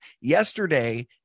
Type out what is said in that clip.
yesterday